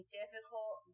difficult